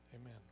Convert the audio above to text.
Amen